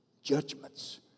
Judgments